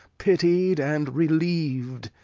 pitied, and reliev'd,